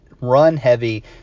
run-heavy